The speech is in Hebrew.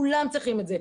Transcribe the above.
כולם צריכים את זה.